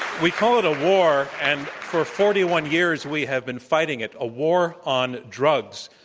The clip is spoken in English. we call it a war, and for forty one years, we have been fighting it, a war on drugs.